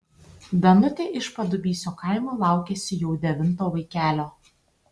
danutė iš padubysio kaimo laukiasi jau devinto vaikelio